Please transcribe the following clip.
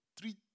three